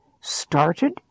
started